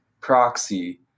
proxy